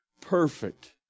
perfect